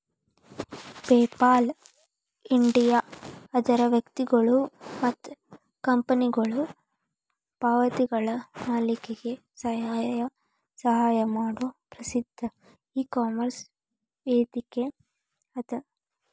PayPal India ಅದರ್ ವ್ಯಕ್ತಿಗೊಳು ಮತ್ತ ಕಂಪನಿಗೊಳು ಪಾವತಿಗಳನ್ನ ಮಾಡಲಿಕ್ಕೆ ಸಹಾಯ ಮಾಡೊ ಪ್ರಸಿದ್ಧ ಇಕಾಮರ್ಸ್ ವೇದಿಕೆಅದ